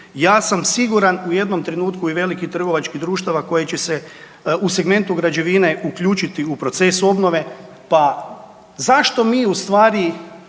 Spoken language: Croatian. ja sam siguran u jednom trenutku i velikih trgovačkih društava koja će se u segmentu građevine uključiti u proces obnove, pa zašto mi u stvari